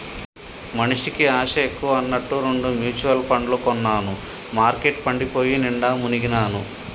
మనిషికి ఆశ ఎక్కువ అన్నట్టు రెండు మ్యుచువల్ పండ్లు కొన్నాను మార్కెట్ పడిపోయి నిండా మునిగాను